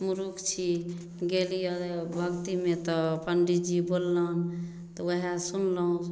मुरूख छी गेलियै भक्तिमे तऽ पंडी जी बोललनि तऽ वएह सुनलहुॅं